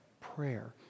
prayer